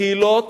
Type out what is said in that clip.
בקהילות